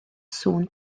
sŵn